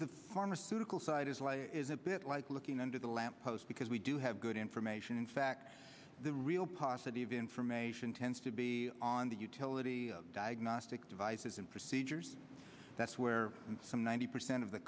the pharmaceutical side is life is a bit like looking under the lamp post because we do have good information in fact the real positive information tends to be on the utility of diagnostic devices and procedures that's where some ninety percent of the